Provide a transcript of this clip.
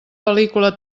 pel·lícula